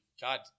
god